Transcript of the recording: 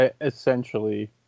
essentially